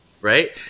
right